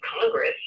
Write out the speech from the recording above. Congress